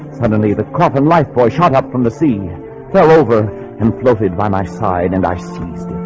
and and the the coffin lifebuoy shot up from the sea fell over and floated by my side and i sneezed